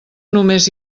només